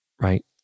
right